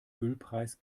ölpreis